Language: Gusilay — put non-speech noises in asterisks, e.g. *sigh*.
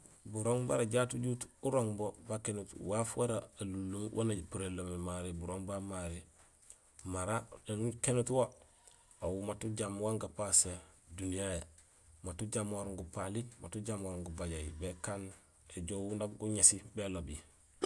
Burooŋ bara jaat ujuut urooŋ bo bakénuut waaf wara alunlum waan apuréén lo mé maré burooŋ ba maré mara éni ukénuut wo aw maat ujaam wan gapasé duniya yayé. Maat ujaam wara gupali maat ujaam wara gupajahi, békaan éjoow nak guŋési bélobi *noise*